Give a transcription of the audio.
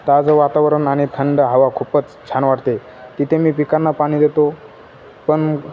ताजं वातावरण आणि थंड हवा खूपच छान वाटते तिथे मी पिकांना पाणी देतो पण